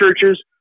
churches